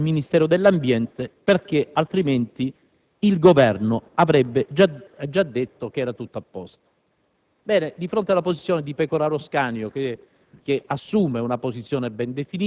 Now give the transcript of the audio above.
ciò avviene grazie al Ministero dell'ambiente perché altrimenti il Governo avrebbe già detto che era tutto a posto. Ebbene, di fronte alla posizione ben definita di Pecoraro Scanio c'è